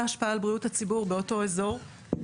ההשפעה על בריאות הציבור באותו אזור,